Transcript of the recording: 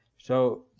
so,